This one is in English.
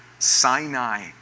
Sinai